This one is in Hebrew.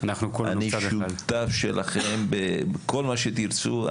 אני שותף שלכם בכל מה שתרצו,